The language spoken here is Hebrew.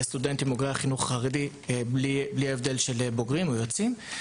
לסטודנטים בוגרי החינוך החרדי בלי הבדל של בוגרים או יוצאים,